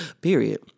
period